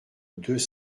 deux